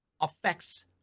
affects